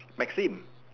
might seem